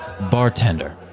Bartender